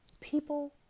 people